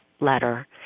letter